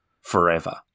forever